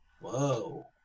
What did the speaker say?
Whoa